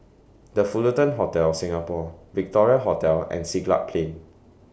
The Fullerton Hotel Singapore Victoria Hotel and Siglap Plain